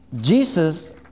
Jesus